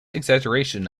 exaggeration